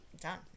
Done